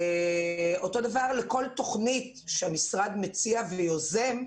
אותו דבר לכל תוכנית שהמשרד מציע ויוזם,